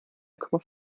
komma